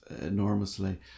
enormously